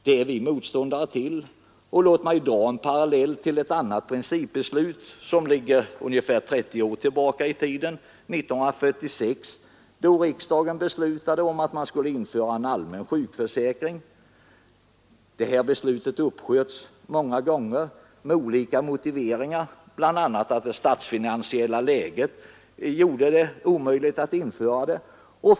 Det är vi motståndare till, och låt mig dra en parallell med ett annat principbeslut som ligger ungefär 30 år tillbaka i tiden. 1946 beslöt riksdagen att man skulle införa en allmän sjuk försäkring. Beslutets genomförande uppsköts många gånger med olika motiveringar, bl.a. att det statsfinansiella läget gjorde det omöjligt att förverkliga beslutet.